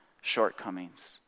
shortcomings